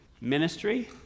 Ministry